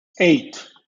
eight